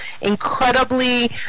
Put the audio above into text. Incredibly